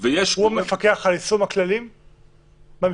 --- הוא מפקח על יישום הכללים במשטרה?